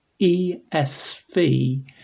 ESV